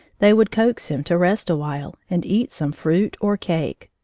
they would coax him to rest awhile and eat some fruit or cake.